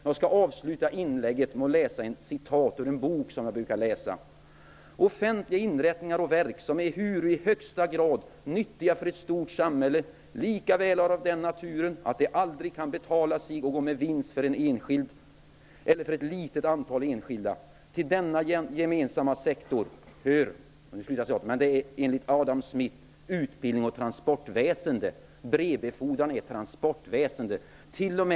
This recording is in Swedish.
Jag skall avsluta inlägget med att läsa ur en bok som jag brukar läsa: Offentliga inrättningar och verk, ehuru i högsta grad nyttiga för ett stort samhälle, är likaväl av den naturen att de aldrig kan betala sig och gå med vinst för en enskild eller för ett litet antal enskilda. Till denna gemensamma sektor hör, enligt Adam Brevbefordran hör till transportväsendet.